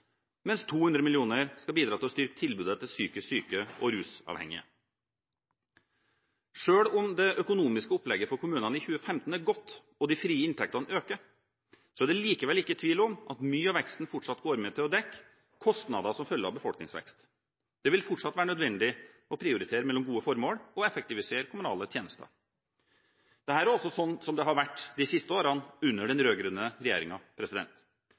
mens 200 mill. kr skal bidra til å styrke tilbudet til psykisk syke og rusavhengige. Selv om det økonomiske opplegget for kommunene i 2015 er godt og de frie inntektene øker, er det likevel ikke tvil om at mye av veksten fortsatt går med til å dekke kostnader som følger av befolkningsvekst. Det vil fortsatt være nødvendig å prioritere mellom gode formål og effektivisere kommunale tjenester. Dette er også slik som det har vært de siste årene under den